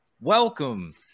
welcome